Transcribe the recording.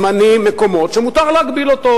זמנים ומקומות שמותר להגביל אותם.